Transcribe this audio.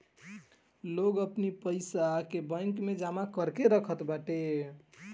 लोग अपनी पईसा के बैंक में जमा करके रखत बाटे